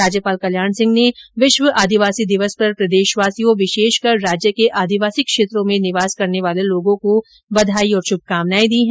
राज्यपाल कल्याण सिंह ने विश्व आदिवासी दिवस पर प्रदेशवासियों विशेषकर राज्य के आदिवासी क्षेत्रों में निवास करने वाले लोगों को बधाई और शुभकामनाएं दी हैं